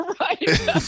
Right